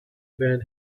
van